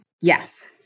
Yes